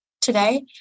today